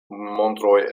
montroj